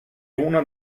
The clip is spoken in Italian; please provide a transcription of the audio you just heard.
una